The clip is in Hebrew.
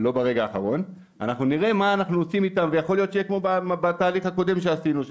מה שאני אומרת, יכול להיות שמתוך הבלתי חוקיים יש